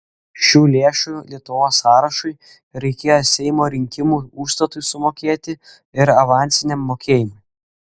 šių lėšų lietuvos sąrašui reikėjo seimo rinkimų užstatui sumokėti ir avansiniam mokėjimui